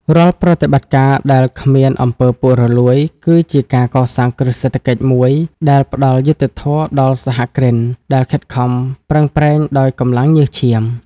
រាល់ប្រតិបត្តិការដែលគ្មាន អំពើពុករលួយ គឺជាការកសាងគ្រឹះសេដ្ឋកិច្ចមួយដែលផ្ដល់យុត្តិធម៌ដល់សហគ្រិនដែលខិតខំប្រឹងប្រែងដោយកម្លាំងញើសឈាម។